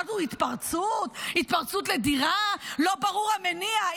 שהחשד הוא התפרצות, התפרצות לדירה, לא ברור המניע.